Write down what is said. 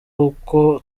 uko